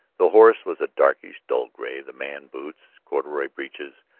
the horse was a darkish, dull gray the man, boots, corduroy breeches,